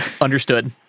Understood